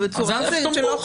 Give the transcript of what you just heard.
אז תאמרו.